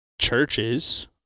churches